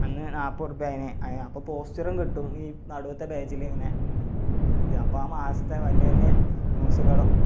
അന്ന് നാൽപ്പത് ഉറുപ്പിക അതിന് അതിന് അപ്പോൾ പോസ്റ്ററും കിട്ടും ഈ നടുവത്തെ പേജിൽ ഇങ്ങനെ ഇത് അപ്പോൾ ആ മാസത്തെ വല്യ വല്യ ന്യൂസുകളും